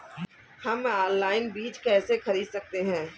हम ऑनलाइन बीज कैसे खरीद सकते हैं?